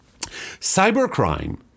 Cybercrime